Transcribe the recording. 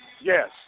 Yes